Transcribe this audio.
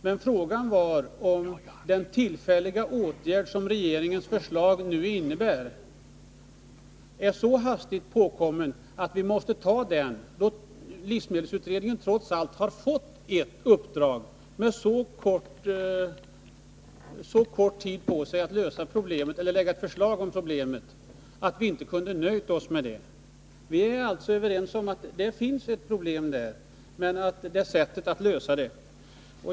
Men frågan är om behovet av den politiska åtgärd regeringens förslag innebär var så hastigt påkommet att vi måste vidta denna åtgärd. Livsmedelsutredningen har fått så kort tid på sig för att lägga fram förslag till lösning av problemet att vi inte kunde nöja oss med detta. Vi är alltså överens om att det finns ett problem men inte om sättet att lösa det.